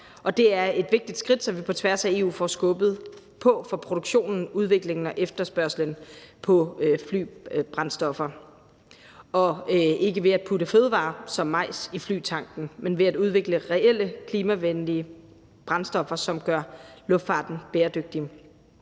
det er et vigtigt skridt, så vi på tværs af EU får skubbet på for produktionen, udviklingen og efterspørgslen på flybrændstoffer – ikke ved at putte fødevarer som majs i flytanken, men ved at udvikle reelle klimavenlige brændstoffer, som gør luftfarten bæredygtig.